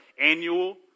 annual